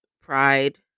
Pride